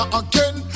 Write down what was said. again